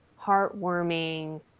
heartwarming